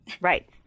Right